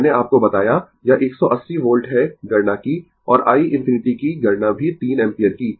मैंने आपको बताया यह 180 वोल्ट है गणना की और i ∞ की गणना भी 3 एम्पीयर की